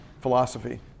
philosophy